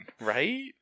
right